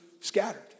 scattered